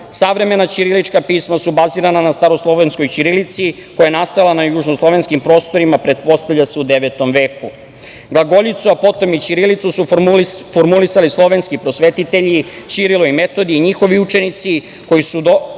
Saveza. Savremena ćirilična pisma su bazirana staroslovenskoj ćirilici koja je nastala na južnoslovenskim prostorima, pretpostavlja se u 9. veku. Glagoljicu, a potom i ćirilicu su formulisali slovenski prosvetitelji Ćirilo i Metodije i njihovi učenici koji su doneli